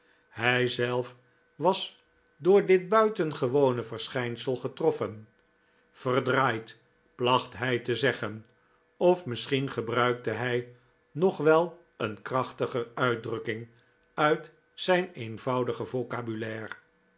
hadden hijzelf was door dit buitengewone verschijnsel getroffen verdraaid placht hij te zeggen of misschien gebruikte hij nog wel een krachtiger uitdrukking uit zijn eenvoudige